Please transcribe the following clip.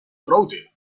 fraude